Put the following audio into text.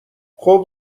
خوب